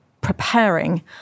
preparing